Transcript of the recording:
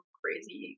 crazy